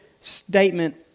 statement